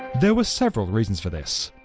there were several reasons for this.